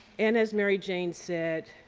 and as mary-jane said,